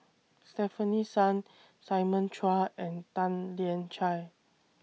Stefanie Sun Simon Chua and Tan Lian Chye